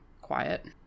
quiet